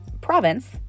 province